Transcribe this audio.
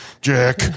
Jack